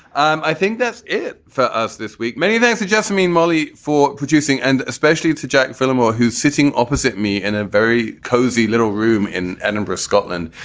i think that's it for us this week. many thanks. jeremy and molly for producing. and especially to jack phillimore, who's sitting opposite me in a very cozy little room in edinburgh, scotland,